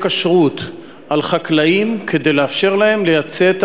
כשרות על חקלאים כדי לאפשר להם לייצא,